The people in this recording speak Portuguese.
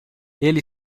ele